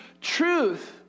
truth